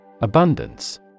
Abundance